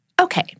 Okay